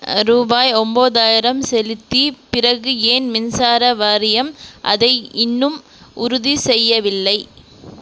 ரூபாய் ஒம்போதாயிரம் செலுத்தி பிறகு ஏன் மின்சார வாரியம் அதை இன்னும் உறுதி செய்யவில்லை